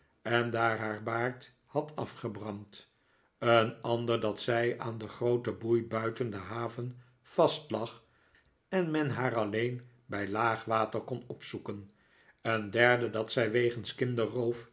en daar haar baard had afgebrand een ander dat zij aan de groote boei buiten de haven vastlag en men haar alleen bij laag water kon opzoeken een derde dat zij wegens